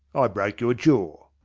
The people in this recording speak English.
i broke your jawr.